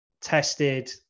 tested